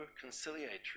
conciliatory